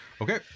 Okay